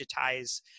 digitize